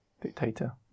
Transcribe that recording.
Dictator